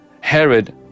Herod